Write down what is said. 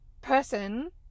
person